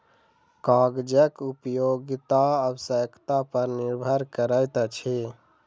कागजक उपयोगिता आवश्यकता पर निर्भर करैत अछि